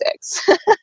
six